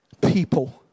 People